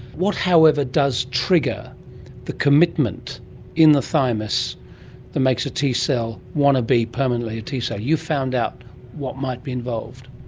what, however, does trigger the commitment in the thymus that makes a t cell want to be permanently a t cell? you found out what might be involved.